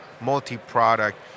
multi-product